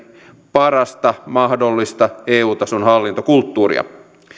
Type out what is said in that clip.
parasta mahdollista eu tason hallintokulttuuria